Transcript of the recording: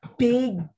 Big